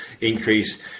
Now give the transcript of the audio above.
increase